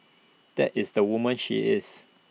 that is the woman she is